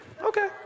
Okay